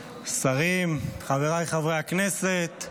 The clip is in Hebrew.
שרים, חבריי חברי הכנסת,